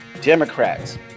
Democrats